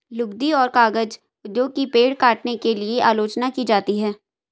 लुगदी और कागज उद्योग की पेड़ काटने के लिए आलोचना की जाती है